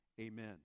amen